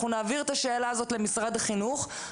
אנחנו נעביר את השאלה הזו למשרד החינוך.